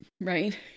Right